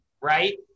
right